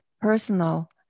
personal